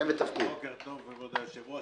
בוקר טוב, כבוד היושב-ראש.